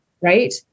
Right